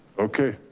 okay.